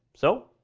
so,